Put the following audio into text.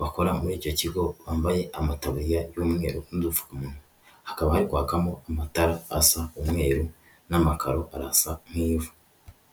bakora muri icyo kigo bambaye amataburiya y'umweru ndumu hakaba yakwakamo amatara asa umweru n'amakaro arasa nk'ivu.